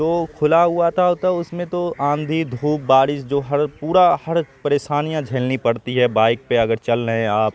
تو کھلا ہوا تھا تو اس میں تو آندھی دھوپ بارش جو ہر پورا ہر پریشانیاں جھیلنی پڑتی ہے بائک پہ اگر چل رہے ہیں آپ